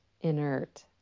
inert